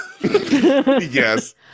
yes